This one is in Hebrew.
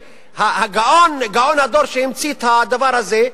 גאון הדור שהמציא את הדבר הזה,